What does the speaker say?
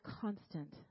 constant